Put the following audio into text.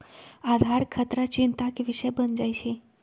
आधार खतरा चिंता के विषय बन जाइ छै